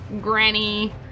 Granny